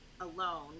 alone